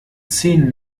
zehn